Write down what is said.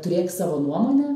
turėk savo nuomonę